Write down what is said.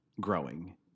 growing